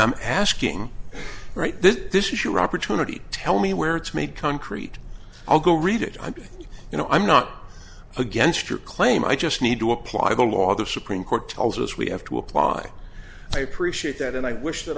i'm asking right this is your opportunity tell me where it's made concrete i'll go read it and you know i'm not against your claim i just need to apply the law the supreme court tells us we have to apply i appreciate that and i wish that